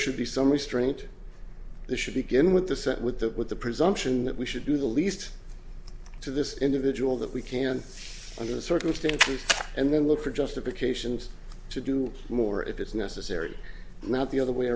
should be some restraint this should begin with the set with the with the presumption that we should do the least to this individual that we can under the circumstances and then look for justifications to do more if it's necessary not the other way